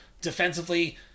defensively